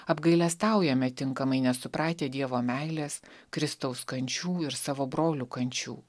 apgailestaujame tinkamai nesupratę dievo meilės kristaus kančių ir savo brolių kančių